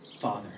Father